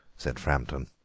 said framton.